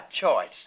choice